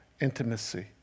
intimacy